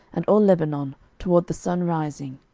and all lebanon, toward the sunrising,